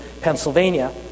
Pennsylvania